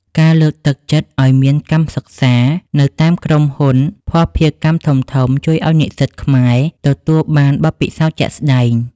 ការលើកទឹកចិត្តឱ្យមាន "កម្មសិក្សា" នៅតាមក្រុមហ៊ុនភស្តុភារកម្មធំៗ ជួយឱ្យនិស្សិតខ្មែរទទួលបានបទពិសោធន៍ជាក់ស្ដែង។